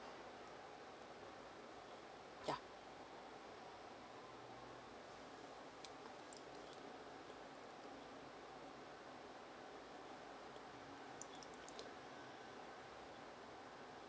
yeah